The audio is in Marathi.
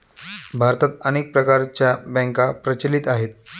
भारतात अनेक प्रकारच्या बँका प्रचलित आहेत